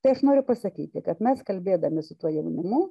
tai aš noriu pasakyti kad mes kalbėdami su tuo jaunimu